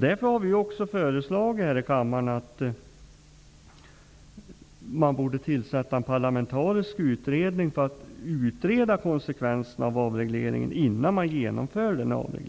Därför har vi också här i riksdagen föreslagit att man borde tillsätta en parlamentarisk utredning för att utreda konsekvenserna av en avreglering innan man genomför en sådan.